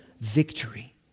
victory